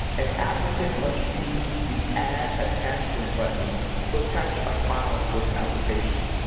an applicant must use the add attachment button to attach a file to its application.